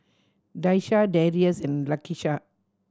Daisha Darius and Lakisha